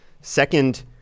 second